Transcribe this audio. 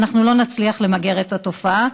אנחנו לא נצליח למגר את התופעה.